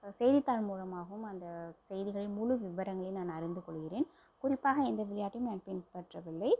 செய்தித்தாள் மூலமாகவும் அந்த செய்திகளின் முழு விவரங்களையும் நான் அறிந்து கொள்கிறேன் குறிப்பாக எந்த விளையாட்டையும் நான் பின்பற்றவில்லை